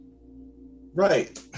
Right